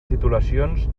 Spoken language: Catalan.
titulacions